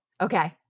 Okay